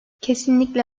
kesinlikle